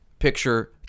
Picture